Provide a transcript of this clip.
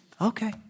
okay